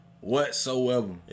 whatsoever